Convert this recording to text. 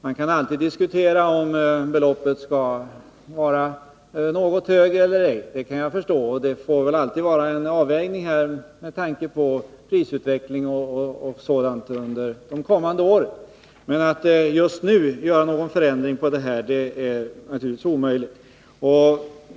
Man kan alltid diskutera om beloppet skall vara något högre eller ej — det kan jag förstå. Det får väl bli en avvägning med tanke på prisutveckling m.m. under de kommande åren. Men att just nu göra någon förändring är naturligtvis omöjligt.